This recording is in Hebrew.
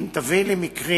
אם תביאי לי מקרים,